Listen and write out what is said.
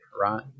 right